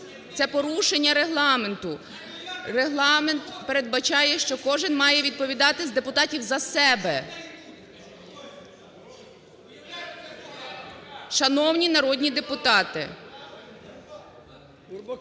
Це порушення Регламенту! Регламент передбачає, що кожен має відповідати з депутатів за себе. (Шум у залі) Шановні народні депутати…